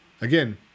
Again